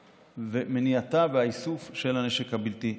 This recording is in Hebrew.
ומניעתה והאיסוף של הנשק הבלתי-חוקי.